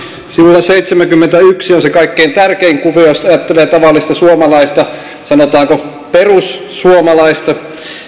sivulla seitsemänkymmentäyksi on se kaikkein tärkein kuvio jos ajattelee tavallista suomalaista sanotaanko perussuomalaista